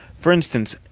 for instance,